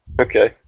Okay